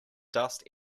dust